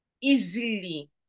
easily